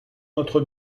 notre